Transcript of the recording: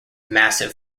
massive